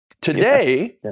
Today